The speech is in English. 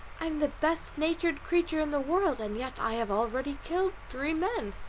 am the best-natured creature in the world, and yet i have already killed three men,